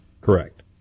Correct